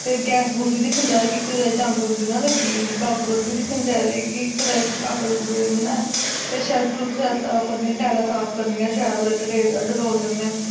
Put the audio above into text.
फिर गैस गूस बी दिक्खनी चाहिदी कुतै जंग उंग ते नी लग्गी दी काकरोच बी दिक्खने चाहिदे कि काकरोच नीं ना ऐ फिर शैल्फ शुल्फ साफ टाइलां साफ करनियां शैल डटोल करना